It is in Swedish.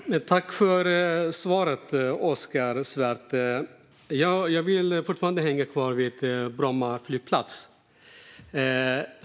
Herr talman! Tack för svaret, Oskar Svärd! Jag vill hänga kvar vid Bromma flygplats.